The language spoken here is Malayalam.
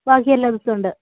ബാക്കി എല്ലാ ദിവസവുമുണ്ട്